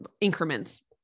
increments